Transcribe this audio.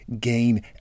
gain